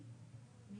אני